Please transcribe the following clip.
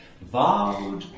vowed